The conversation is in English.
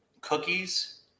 cookies